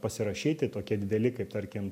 pasirašyti tokie dideli kaip tarkim